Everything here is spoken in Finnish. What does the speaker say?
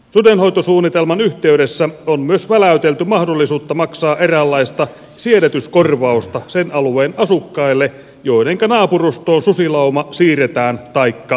sudenhoitosuunnitelman yhteydessä on myös väläytelty mahdollisuutta maksaa eräänlaista siedätyskorvausta sen alueen asukkaille joidenka naapurustoon susilauma siirretään taikka siirtyy